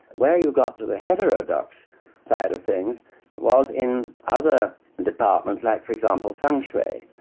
where you got to the heterodox side of things was in other departments like, for example, fengshui.